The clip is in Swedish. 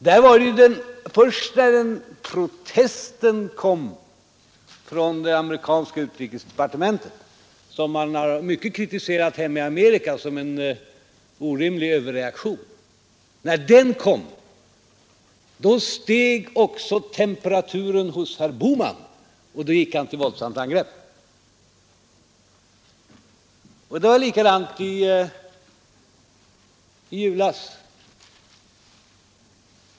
Där var det inte förrän protesten kom från det amerikanska utrikesdepartementet — vilken man mycket har kritiserat hemma i Amerika såsom en orimlig överreaktion — som temperaturen steg också hos herr Bohman, och så gick han till våldsamt angrepp mot mig. Detsamma var förhållandet i julas.